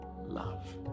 love